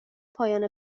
پایان